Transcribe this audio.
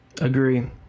Agree